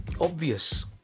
obvious